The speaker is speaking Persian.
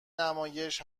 نمایش